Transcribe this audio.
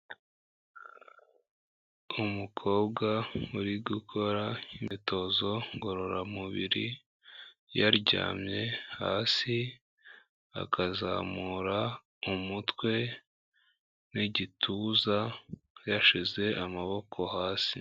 Umukobwa uri gukora imyitozo ngororamubiri yaryamye hasi, akazamura umutwe n'igituza, yashyize amaboko hasi.